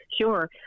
Sure